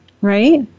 right